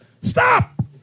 Stop